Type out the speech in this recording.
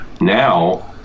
now